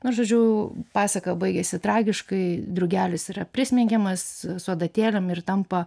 nu žodžiu pasaka baigėsi tragiškai drugelis yra prismeigiamas su adatėlėm ir tampa